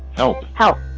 help! help!